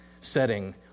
setting